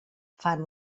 fan